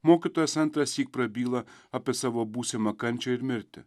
mokytojas antrąsyk prabyla apie savo būsimą kančią ir mirtį